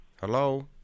Hello